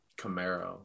camaro